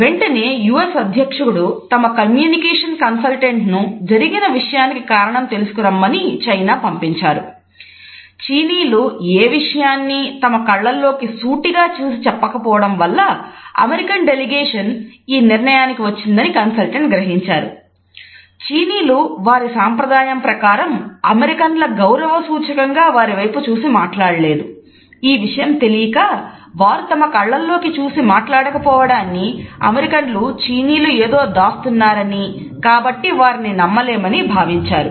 వెంటనే U S ఏదో దాస్తున్నారని కాబట్టి వారిని నమ్మలేమని భావించారు